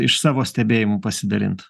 iš savo stebėjimų pasidalint